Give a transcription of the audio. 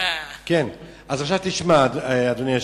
עכשיו תשמע, אדוני היושב-ראש,